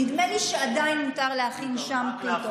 נדמה לי שעדיין מותר להכין שם פיתות.